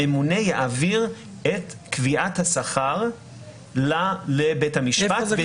הממונה יעביר את קביעת השכר לבית המשפט.